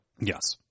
yes